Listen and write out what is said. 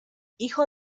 hijo